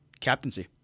captaincy